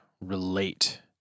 relate